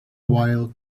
while